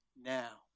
now